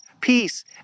peace